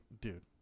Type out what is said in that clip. dude